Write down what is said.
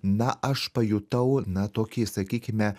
na aš pajutau na tokį sakykime